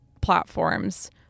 platforms